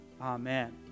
Amen